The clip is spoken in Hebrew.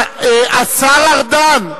היא היתה מוותרת על, השר ארדן.